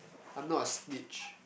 I'm not a snitch